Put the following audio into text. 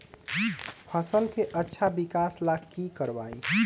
फसल के अच्छा विकास ला की करवाई?